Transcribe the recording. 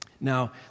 Now